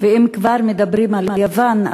אם כבר מדברים על יוון,